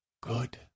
Good